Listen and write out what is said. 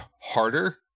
harder